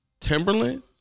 Timberland